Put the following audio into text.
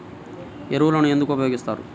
ఎరువులను ఎందుకు ఉపయోగిస్తారు?